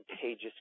contagious